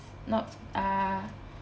not uh